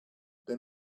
they